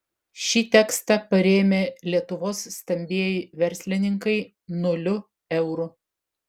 šį tekstą parėmė lietuvos stambieji verslininkai nuliu eurų